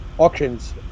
auctions